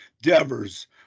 Devers